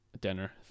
dinner